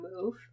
move